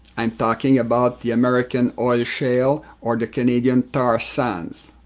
i am talking about the american oil shale or the canadian tar sands.